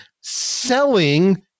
selling